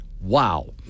Wow